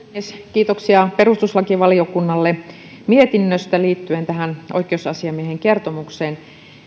kiitoksia perustuslakivaliokunnalle mietinnöstä liittyen tähän oikeusasiamiehen kertomukseen